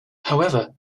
however